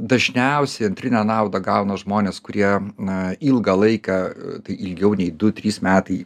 dažniausiai antrinę naudą gauna žmonės kurie na ilgą laiką tai ilgiau nei du trys metai